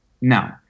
No